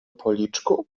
policzku